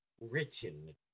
written